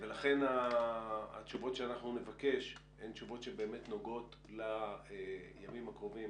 לכן התשובות שאנחנו נבקש הן תשובות שבאמת נוגעות לימים הקרובים.